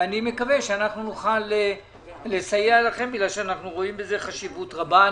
ואני מקווה שאנחנו נוכל לסייע לכם בגלל שאנחנו רואים בזה חשיבות רבה.